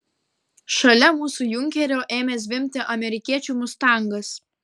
šalia mūsų junkerio ėmė zvimbti amerikiečių mustangas